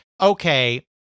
okay